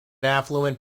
affluent